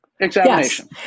examination